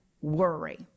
worry